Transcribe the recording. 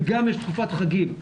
וגם יש תקופת חגים,